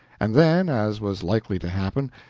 and then, as was likely to happen,